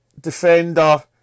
defender